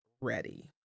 ready